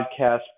podcast